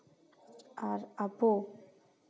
ᱟᱨ ᱟᱵᱚ